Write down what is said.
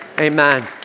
amen